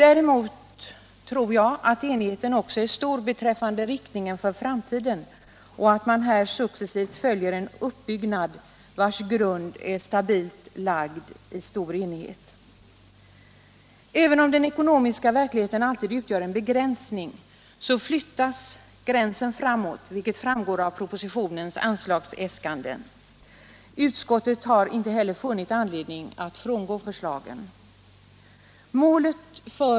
Jag tror att enigheten också är stor beträffande rikt ningen för framtiden och att man successivt fullföljer en utbyggnad, vars grund är stabilt lagd i denna enighet. Även om den ekonomiska verkligheten alltid utgör en begränsning flyttas gränsen framåt, vilket framgår av propositionens anslagsäskanden. Utskottet har inte heller funnit anledning att frångå förslagen.